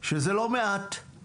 אז עכשיו זה פעם בחמש שנים.